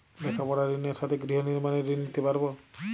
লেখাপড়ার ঋণের সাথে গৃহ নির্মাণের ঋণ নিতে পারব?